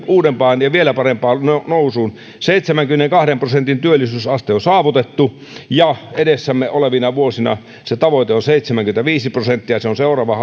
uudempaan ja vielä parempaan nousuun seitsemänkymmenenkahden prosentin työllisyysaste on saavutettu ja edessämme olevina vuosina tavoite on seitsemänkymmentäviisi prosenttia se on seuraavan